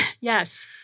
Yes